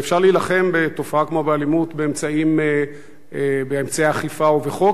אפשר להילחם בתופעה כמו אלימות באמצעי אכיפה ובחוק,